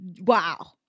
wow